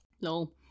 No